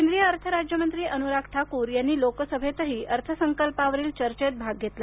केंद्रीय अर्थ राज्य मंत्री अनुराग ठाकूर यांनी लोकसभेतही अर्थसंकल्पावरील चर्चेत भाग घेतला